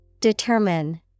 Determine